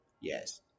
yes